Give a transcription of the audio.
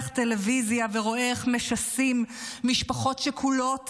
טלוויזיה ורואה איך משסים משפחות שכולות